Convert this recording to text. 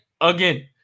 again